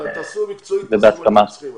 תעשו מקצועית מה שאתם צריכים,